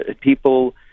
people